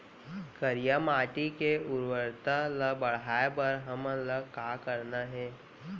करिया माटी के उर्वरता ला बढ़ाए बर हमन ला का करना हे?